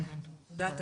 תודה,